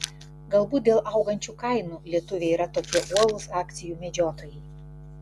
galbūt dėl augančių kainų lietuviai yra tokie uolūs akcijų medžiotojai